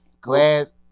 glass